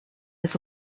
his